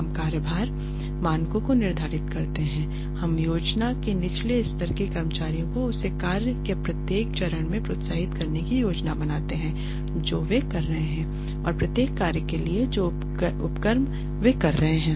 हम कार्यभार मानकों को निर्धारित करते हैं और हम योजना के निचले स्तर के कर्मचारियों को उस कार्य के प्रत्येक चरण में प्रोत्साहित करने की योजना बनाते हैं जो वे कर रहे हैं और प्रत्येक कार्य के लिए जो उपक्रम वे कर रहे हैं